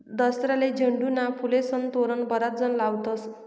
दसराले झेंडूना फुलेस्नं तोरण बराच जण लावतस